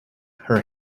her